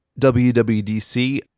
WWDC